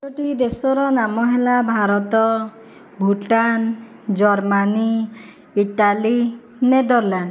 ଟି ଦେଶର ନାମ ହେଲା Bharat Bhutan Germany Italy Netherland